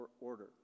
Order